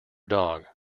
dog